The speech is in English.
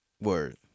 Word